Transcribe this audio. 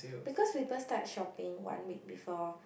because people start shopping one week before